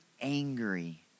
angry